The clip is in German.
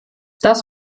das